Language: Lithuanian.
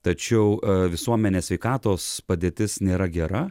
tačiau visuomenės sveikatos padėtis nėra gera